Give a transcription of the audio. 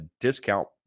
discount